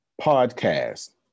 podcast